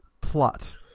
plot